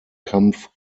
kampf